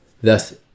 Thus